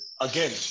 again